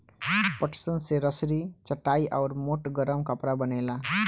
पटसन से रसरी, चटाई आउर मोट गरम कपड़ा बनेला